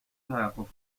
توقف